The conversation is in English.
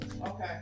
Okay